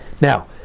Now